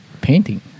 Painting